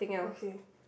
okay